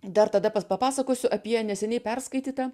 dar tada papasakosiu apie neseniai perskaitytą